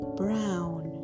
brown